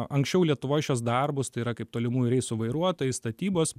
anksčiau lietuvoj šiuos darbus tai yra kaip tolimųjų reisų vairuotojai statybos